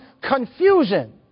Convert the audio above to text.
confusion